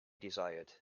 desired